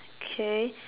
K